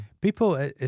people